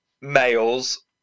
males